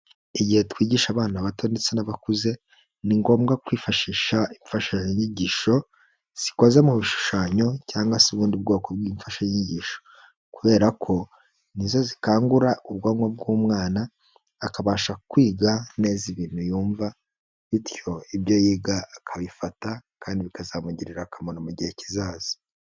Igihe twigisha abana bato ndetse n'abakuze, ni ngombwa kwifashisha imfashanyigisho zikoze mu bishushanyo cyangwa se ubundi bwoko bw'imfashanyigisho, kubera ko ni zo zikangura ubwonko bw'umwana akabasha kwiga neza ibintu yumva, bityo ibyo yiga akabifata kandi bikazamugirira akamaro mu gihe kizaza.